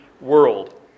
world